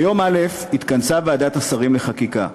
ביום א' התכנסה ועדת השרים לחקיקה,